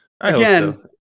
again